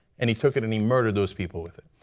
and he took it and he murdered those people with it.